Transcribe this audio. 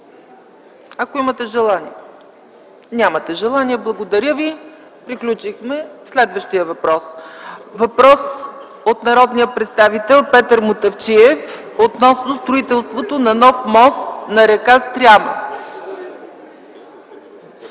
ако имате желание. Нямате желание. Благодаря. Следващият въпрос е от народния представител Петър Мутафчиев относно строителството на нов мост на р. Стряма.